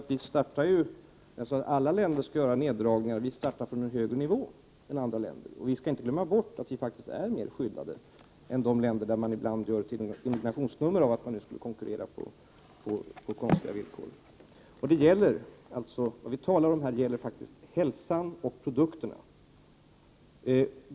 Herr talman! Vad jag sade är att alla länder skall göra neddragningar. Vi startar från en högre nivå än andra länder. Man får inte glömma bort att Sverige faktiskt är mera skyddat än de länder där man ibland indignerat gör ett stort nummer av att konkurrensen skulle bedrivas på konstiga villkor. Vad vi talar om här är faktiskt hälsan och produkterna.